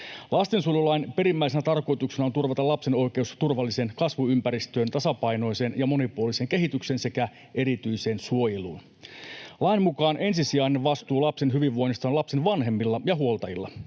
Lastensuojelulain perimmäisenä tarkoituksena on turvata lapsen oikeus turvalliseen kasvuympäristöön, tasapainoiseen ja monipuoliseen kehitykseen sekä erityiseen suojeluun. Lain mukaan ensisijainen vastuu lapsen hyvinvoinnista on lapsen vanhemmilla ja huoltajilla.